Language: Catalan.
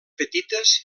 petites